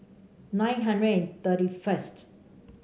nine hundred and thirty first